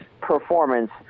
performance